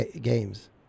games